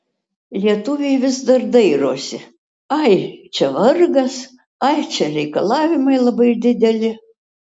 lietuviai vis dar dairosi ai čia vargas ai čia reikalavimai labai dideli